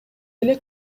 эле